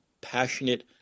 passionate